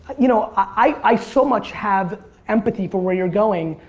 you know i so much have empathy for where you're going,